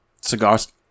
Cigars